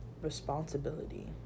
responsibility